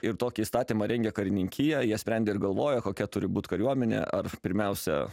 ir tokį įstatymą rengė karininkija jie sprendė ir galvojo kokia turi būt kariuomenė ar pirmiausia